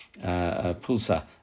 pulsa